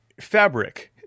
Fabric